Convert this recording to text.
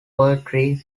poetry